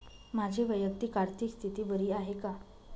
माझी वैयक्तिक आर्थिक स्थिती बरी आहे का?